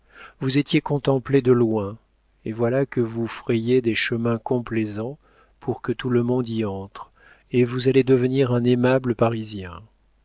vous étiez contemplé de loin et voilà que vous frayez des chemins complaisants pour que tout le monde y entre et vous allez devenir un aimable parisien